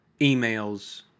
emails